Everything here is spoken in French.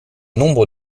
nombre